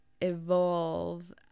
evolve